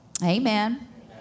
Amen